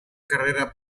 carrera